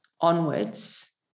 onwards